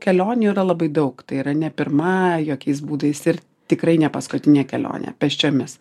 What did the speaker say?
kelionių yra labai daug tai yra ne pirma jokiais būdais ir tikrai ne paskutinė kelionė pėsčiomis